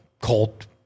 cult